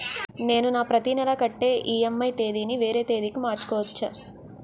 నేను నా ప్రతి నెల కట్టే ఈ.ఎం.ఐ ఈ.ఎం.ఐ తేదీ ని వేరే తేదీ కి మార్చుకోవచ్చా?